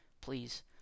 please